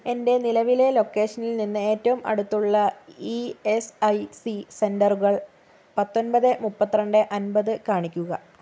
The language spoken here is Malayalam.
എൻ്റെ നിലവിലെ ലൊക്കേഷനിൽ നിന്ന് ഏറ്റവും അടുത്തുള്ള ഇ എസ് ഐ സി സെന്ററുകൾ പത്തൊൻപത് മുപ്പത്തിരണ്ട് അമ്പത് കാണിക്കുക